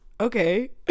okay